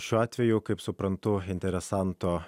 šiuo atveju kaip suprantu interesanto